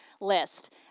list